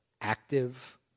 active